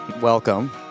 welcome